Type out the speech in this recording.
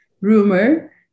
rumor